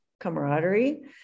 camaraderie